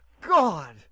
God